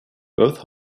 both